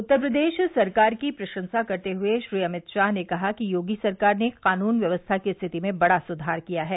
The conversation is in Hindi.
उत्तर प्रदेश सरकार की प्रशंसा करते हुए श्री अमित शाह ने कहा कि योगी सरकार ने कानून व्यवस्था की स्थिति में बड़ा सुधार किया है